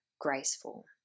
graceful